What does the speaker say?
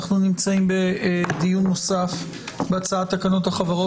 אנחנו נמצאים בדיון נוסף בהצעת תקנות החברות